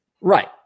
Right